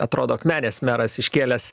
atrodo akmenės meras iškėlęs